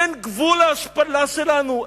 אין גבול להשפלה שלנו?